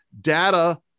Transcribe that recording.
Data